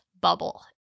bubble